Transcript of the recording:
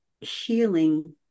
healing